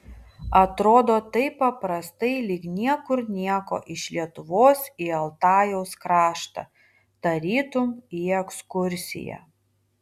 atrodo taip paprastai lyg niekur nieko iš lietuvos į altajaus kraštą tarytum į ekskursiją